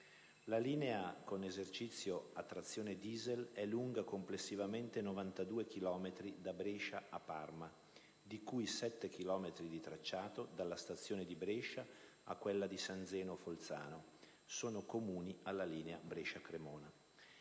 La linea, con esercizio a trazione diesel, è lunga complessivamente 92 chilometri da Brescia a Parma, di cui 7 chilometri di tracciato, dalla stazione di Brescia a quella di San Zeno-Folzano, sono comuni alla linea Brescia-Cremona.